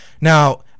Now